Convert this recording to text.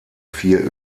vier